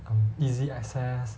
um easy access